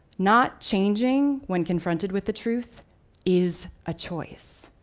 not changing when confronted with the truth is a choice.